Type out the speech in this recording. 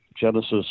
genesis